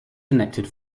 connected